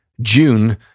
June